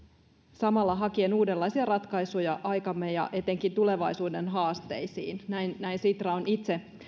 samalla hakien uudenlaisia ratkaisuja aikamme ja etenkin tulevaisuuden haasteisiin näin näin sitra on itse